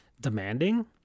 demanding